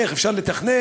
איך אפשר לתכנן,